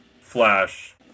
Flash